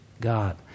God